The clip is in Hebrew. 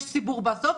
תמיד יש סיבוך בסוף,